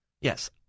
Yes